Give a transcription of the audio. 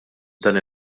dan